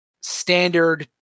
standard